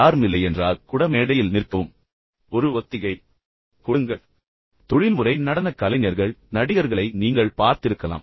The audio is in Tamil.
யாரும் இல்லையென்றால் கூட மேடையில் நிற்கவும் ஒரு ஒத்திகை கொடுங்கள் தொழில்முறை நடனக் கலைஞர்கள் தொழில்முறை நடிகர்களை நீங்கள் பார்த்திருக்கலாம்